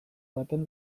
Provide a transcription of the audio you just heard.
baten